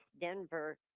Denver